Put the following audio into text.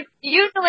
Usually